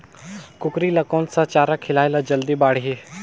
कूकरी ल कोन सा चारा खिलाय ल जल्दी बाड़ही?